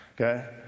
okay